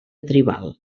tribal